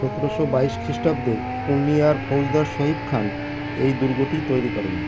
সতেরোশো বাইশ খ্রিষ্টাব্দে পূর্ণিয়ার ফৌজদার সইফ খান এই দুর্গটি তৈরি করেন